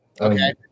Okay